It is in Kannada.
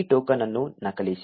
ಈ ಟೋಕನ್ ಅನ್ನು ನಕಲಿಸಿ